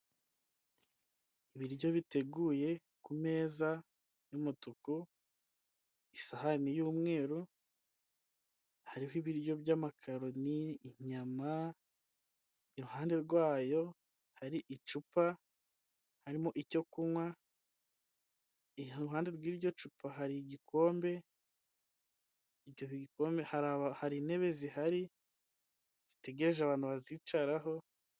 Ibiryo biteguye ku meza y'umutuku isahani y'umweru hariho ibiryo by'amakaroni, inyama iruhande rwayo hari icupa harimo icyo kunywa iruhande rw'iryo cupa hari igikombe ibyokome hari intebe zihari zitegereje abantu bazicaraho.